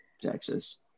texas